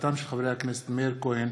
בהצעתם של חברי הכנסת מאיר כהן,